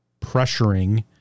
pressuring